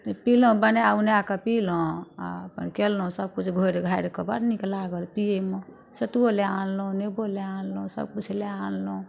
पीलहुॅं बना उना कऽ पीलहुॅं आ अपन केलहुॅं सब किछु घोरि घारि कऽ बड़ नीक लागल पिए मे सत्तू लए आनलहुॅं नेबो लए आनलहुॅं सब किछु लए आनलहुॅं